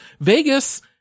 Vegas